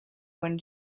when